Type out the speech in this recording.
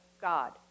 God